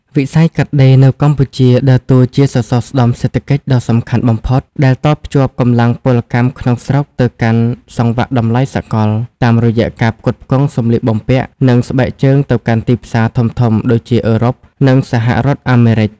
វិស័យកាត់ដេរនៅកម្ពុជាដើរតួជាសសរស្តម្ភសេដ្ឋកិច្ចដ៏សំខាន់បំផុតមួយ ដែលតភ្ជាប់កម្លាំងពលកម្មក្នុងស្រុកទៅកាន់សង្វាក់តម្លៃសកល តាមរយៈការផ្គត់ផ្គង់សម្លៀកបំពាក់ និងស្បែកជើងទៅកាន់ទីផ្សារធំៗដូចជាអឺរ៉ុប និងសហរដ្ឋអាមេរិក។